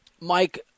Mike